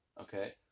Okay